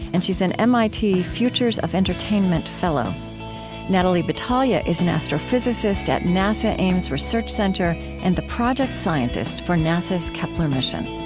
and she's an mit futures of entertainment fellow natalie batalha is an astrophysicist at nasa ames research center and the project scientist for nasa's kepler mission